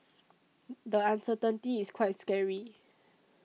the uncertainty is quite scary